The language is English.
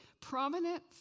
prominent